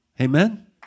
Amen